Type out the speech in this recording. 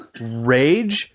rage